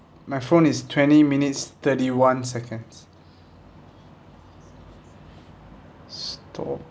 my phone is twenty minutes thirty one seconds stop